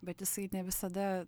bet jisai ne visada